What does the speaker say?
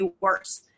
worse